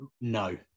No